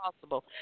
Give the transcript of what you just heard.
possible